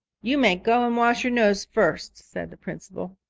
you may go and wash your nose first, said the principal.